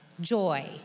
joy